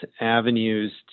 avenues